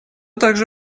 также